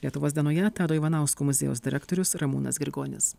lietuvos dienoje tado ivanausko muziejaus direktorius ramūnas grigonis